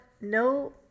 No